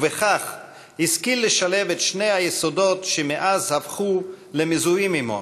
ובכך השכיל לשלב את שני היסודות שמאז הפכו למזוהים עמו: